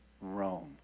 Rome